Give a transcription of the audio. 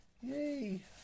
yay